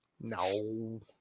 No